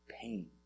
pain